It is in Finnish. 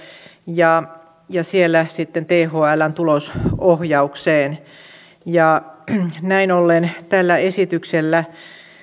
ja ja siellä sitten thln tulosohjaukseen näin ollen tällä esityksellä